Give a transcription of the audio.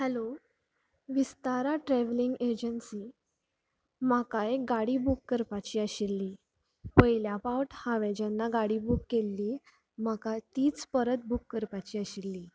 hello Vistara travelling agency म्हाका एक गाडी बूक करपाची आशिल्ली पयल्या फावट हांवें जेन्ना गाडी बूक केल्ली म्हाका तीच परत बूक करपाची आशिल्ली